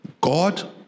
God